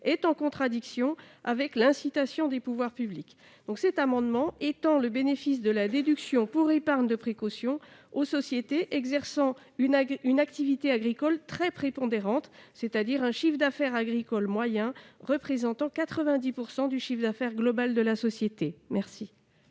est en contradiction avec l'incitation des pouvoirs publics. Le présent amendement vise à étendre le bénéfice de la déduction pour épargne de précaution aux sociétés exerçant une activité agricole très prépondérante, c'est-à-dire avec un chiffre d'affaires agricole moyen représentant 90 % du chiffre d'affaires global de la société. La